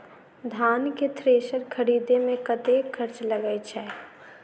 धान केँ थ्रेसर खरीदे मे कतेक खर्च लगय छैय?